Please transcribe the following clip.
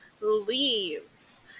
leaves